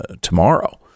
tomorrow